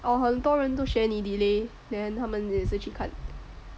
or 很多人都学你 delay then 他们也是去看